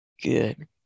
Good